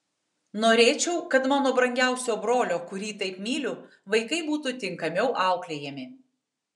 norėčiau kad mano brangiausio brolio kurį taip myliu vaikai būtų tinkamiau auklėjami